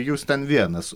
jūs ten vienas